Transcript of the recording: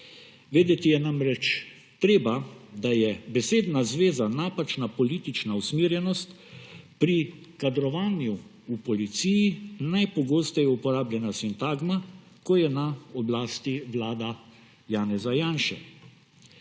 Vedeti je namreč treba, da je besedna zveza »napačna politična usmerjenost« pri kadrovanju v Policiji najpogosteje uporabljena sintagma, ko je na oblasti vlada Janeza Janše.